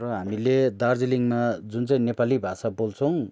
र हामीले दार्जिलिङमा जुन चाहिँ नेपाली भाषा बोल्छौँ